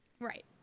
right